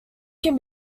can